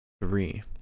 three